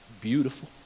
beautiful